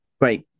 Right